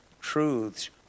truths